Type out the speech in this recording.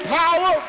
power